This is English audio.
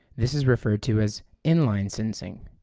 this is referred to as inline sensing.